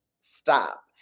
stop